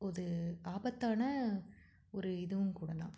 ஒது ஆபத்தான ஒரு இதுவும் கூட தான்